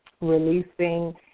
releasing